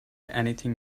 anything